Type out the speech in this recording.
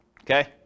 okay